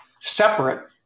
separate